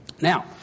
Now